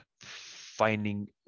finding